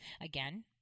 again